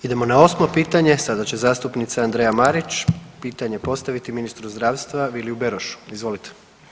Idemo na 8. pitanje, sada će zastupnica Andreja Marić pitanje postaviti ministru zdravstva Viliju Berošu, izvolite.